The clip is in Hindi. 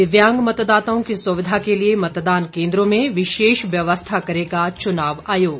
दिव्यांग मतदाताओं की सुविधा के लिए मतदान केन्द्रों में विशेष व्यवस्था करेगा चुनाव आयोग